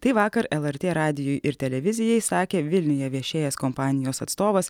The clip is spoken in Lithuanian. tai vakar lrt radijui ir televizijai sakė vilniuje viešėjęs kompanijos atstovas